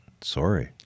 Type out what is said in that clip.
Sorry